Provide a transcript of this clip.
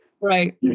Right